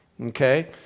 Okay